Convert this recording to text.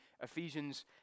Ephesians